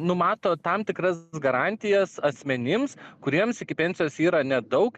numato tam tikras garantijas asmenims kuriems iki pensijos yra nedaug